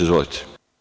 Izvolite.